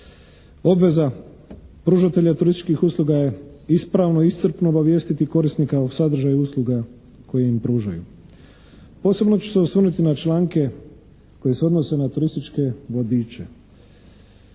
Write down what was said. Obveza pružatelja turističkih usluga je ispravno, iscrpno obavijestiti korisnika o sadržaju usluga koje im pružaju. Posebno ću se osvrnuti na članke koje se odnose na turističke vodiče.